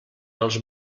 els